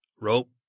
rope